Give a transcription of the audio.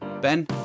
Ben